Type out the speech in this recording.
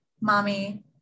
mommy